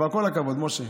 כל הכבוד, משה.